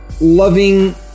loving